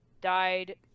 died